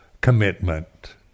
commitment